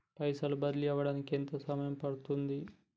పైసలు బదిలీ అవడానికి ఎంత సమయం పడుతది?